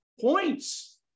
points